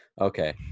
okay